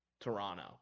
Toronto